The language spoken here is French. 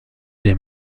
des